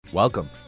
Welcome